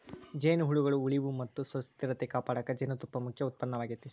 ಜೇನುಹುಳಗಳ ಉಳಿವು ಮತ್ತ ಸುಸ್ಥಿರತೆ ಕಾಪಾಡಕ ಜೇನುತುಪ್ಪ ಮುಖ್ಯ ಉತ್ಪನ್ನವಾಗೇತಿ